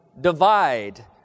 divide